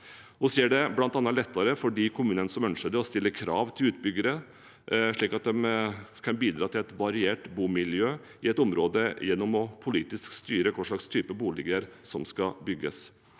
Vi gjør det bl.a. lettere for de kommunene som ønsker det, å stille krav til utbyggere, slik at de kan bidra til et variert bomiljø i et område gjennom politisk å styre hva slags type boliger som skal bygges.